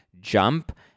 jump